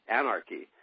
anarchy